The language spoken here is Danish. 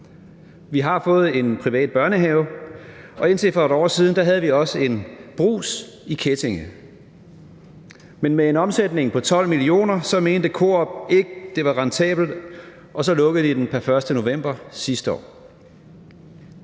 Vi har fået en privat børnehave, og indtil for et år siden havde vi også en Brugs i Kettinge, men med en omsætning på 12 mio. kr. mente Coop ikke, at den var rentabel, og så lukkede de den pr. 1. november sidste år.